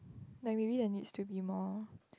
like maybe there needs to be more